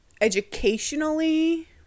educationally